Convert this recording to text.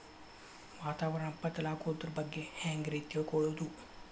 ವಾತಾವರಣ ಬದಲಾಗೊದ್ರ ಬಗ್ಗೆ ಹ್ಯಾಂಗ್ ರೇ ತಿಳ್ಕೊಳೋದು?